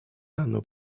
данную